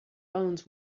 bones